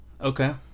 Okay